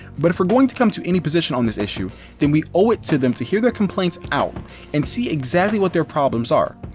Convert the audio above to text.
but if we're going to come to any position on this issue then we owe it to them to her their complaints out and see exactly what their problems are.